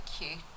cute